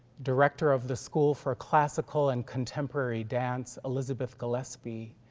director of the school for classical and contemporary dance, elizabeth gillaspy,